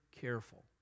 careful